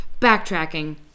backtracking